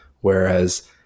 whereas